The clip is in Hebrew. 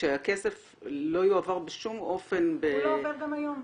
שהכסף לא יועבר בשום אופן ב --- הוא לא עובר גם היום.